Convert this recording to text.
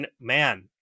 man